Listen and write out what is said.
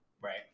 Right